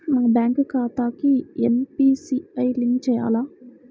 నా బ్యాంక్ ఖాతాకి NPCI link చేయాలా?